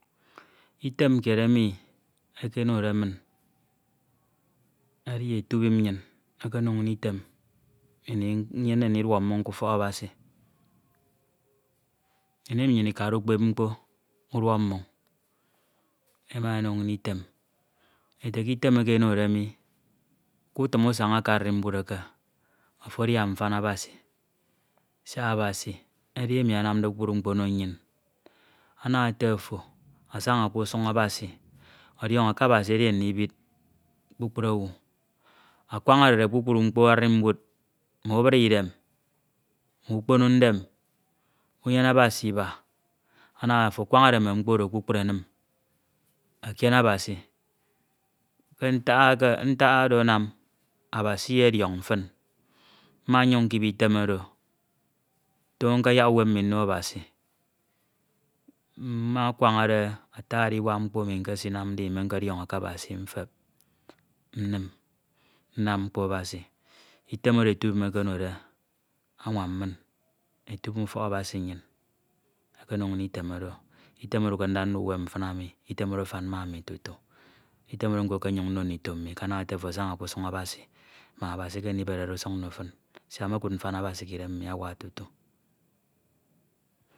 Item kied emi ekenode min edi etubim nnyin okono Inñ Item Ini nyemde ndidwọk mmoñ k’utọk Abasi Ini emi nnyin emi nnyin Ikade ukpep mkpo ufuọk mmọñ ema eno Inñ Item ete ke item eke enode mi k’ufim usaña ke arimbud eke ofo adia mfan Abasi siak Abasi edi emi anamde kpukpru ono nnyin ana ete ofo asaña k’usuñ Abasi ọdiọño ke Abasi edi Adibid kpukpru owu, akwañanede kpukpru mkpo arimbud mme ubra Idem, mme ukpono ndem unyene Abasi Iba. ana afo akwañade mme mkpo oro kpukpru enim ekiene Abasi Iyediọñ fin, mmanyuñ nkip Item Itan oro, toño nkayak uwem mmi no Abasi, mmakwaña ata adiwak mkpo emi nkanamde Ini mmekọdiọñọke Abasi mtep nnam mkpo Abasi. Item ọro etubim okonode anwam min. Efubim ufọk Abasi okono Inñ Item oro, Item oro ke nda nda uwem mfin emi. Item oro afam ma ami tutu, Item oro nko ke nno ndito mmi ke ana ete afo asaña k’usuñ Abasi mak Abasi eberede usuñ ono fin siak mmokud mfan Abasi, k’Idem mmi awak tutu.